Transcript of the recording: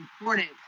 important